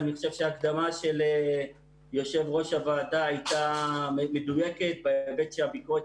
אני חושב שההקדמה של יושב-ראש הוועדה הייתה מאוד מדויקת בהיבט שהביקורת